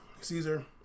Caesar